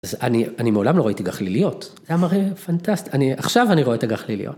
אז אני מעולם לא ראיתי גחליליות, זה היה מראה פנטסטי, עכשיו אני רואה את הגחליליות.